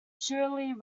shirley